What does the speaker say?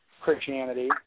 Christianity